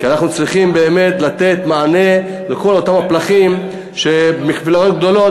כי אנחנו באמת צריכים לתת מענה לכל אותם פלחים שבמפלגות הגדולות